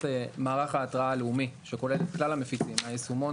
את מערך ההתרעה הלאומי שכולל את כלל המפיצים: יישומון,